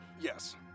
yes